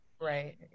Right